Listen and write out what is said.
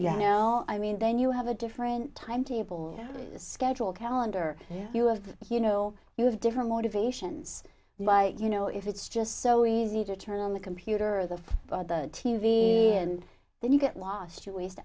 you know i mean then you have a different timetable schedule calendar you have you know you have different motivations like you know if it's just so easy to turn on the computer or the t v and then you get lost you waste